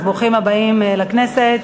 ברוכים הבאים לכנסת.